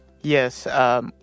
Yes